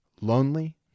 lonely